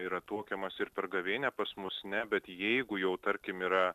yra tuokiamasi ir per gavėnią pas mus ne bet jeigu jau tarkim yra